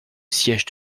siége